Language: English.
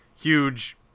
huge